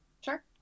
Sure